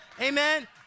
Amen